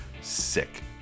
sick